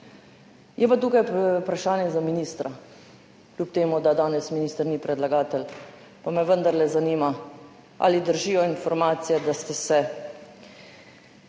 Je pa tukaj vprašanje za ministra, kljub temu da danes minister ni predlagatelj, pa me vendarle zanima, ali držijo informacije, da ste se